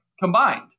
combined